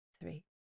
three